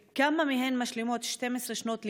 4. כמה מהן משלימות 12 שנות לימוד?